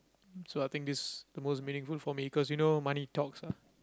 so I think this the most meaningful for me cause you know money talks ah